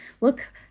look